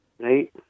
Right